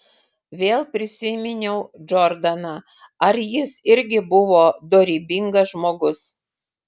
vėl prisiminiau džordaną ar jis irgi buvo dorybingas žmogus